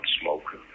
smoker